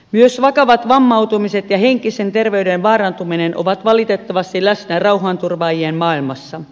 myös vakavat vammautumiset ja henkisen terveyden vaarantuminen ovat valitettavasti läsnä rauhanturvaajien maailmassa